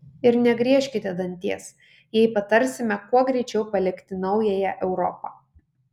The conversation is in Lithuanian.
ir negriežkite danties jei patarsime kuo greičiau palikti naująją europą